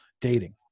dating